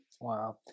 Wow